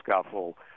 scuffle